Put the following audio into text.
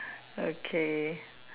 okay